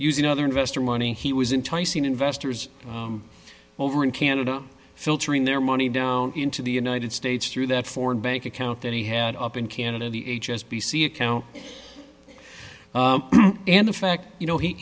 using other investor money he was entice and investors over in canada filtering their money down into the united states through that foreign bank account that he had up in canada the h s b c account and the fact you know he